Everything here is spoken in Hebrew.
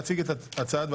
נדלג על סעיפים ד',